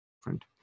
different